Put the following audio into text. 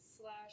slash